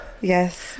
Yes